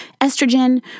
estrogen